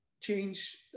change